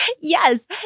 Yes